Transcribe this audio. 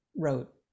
Wrote